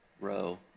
row